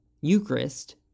Eucharist